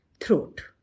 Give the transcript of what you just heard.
throat